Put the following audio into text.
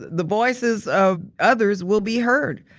the voices of others will be heard.